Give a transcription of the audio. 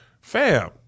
Fam